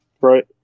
Right